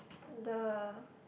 the